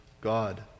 God